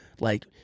like-